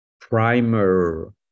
primer